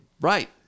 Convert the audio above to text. Right